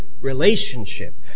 relationship